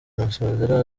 masozera